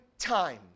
time